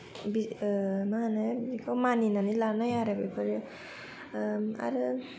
ओ मा होनो बिदिखौ मानिनानै लानाय आरो बेफोरो ओम आरो